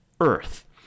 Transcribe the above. Earth